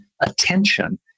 attention